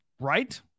right